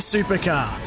Supercar